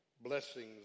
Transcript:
blessings